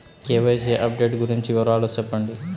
KYC update గురించి వివరాలు సెప్పండి?